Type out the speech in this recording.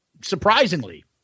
Surprisingly